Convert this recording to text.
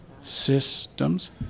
Systems